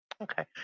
Okay